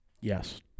Yes